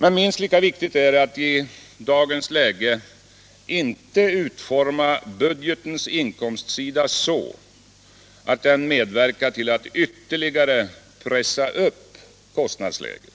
Men minst lika viktigt är att i dagens läge inte utforma budgetens inkomstsida så att den medverkar till att ytterligare pressa upp kostnadsläget.